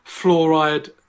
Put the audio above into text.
fluoride